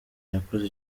yakoze